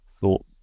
thought